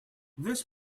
this